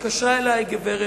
התקשרה אלי גברת,